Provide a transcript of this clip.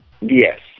Yes